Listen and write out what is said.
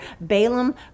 Balaam